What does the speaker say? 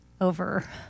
over